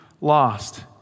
lost